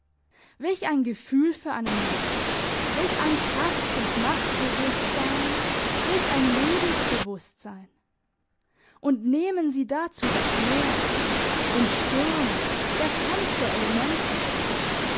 welch ein gefühl für einen mann welch ein kraft und machtbewusstsein welch ein lebensbewusstsein und nehmen sie dazu das meer im sturm der kampf der elemente